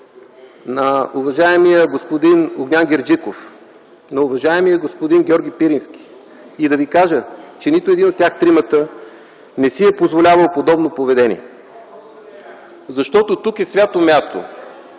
на уважаемия господин Огнян Герджиков, на уважаемия господин Георги Пирински и да ви кажа, че нито един от тях тримата не си е позволявал подобно поведение. РЕПЛИКА ОТ АТАКА: